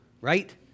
right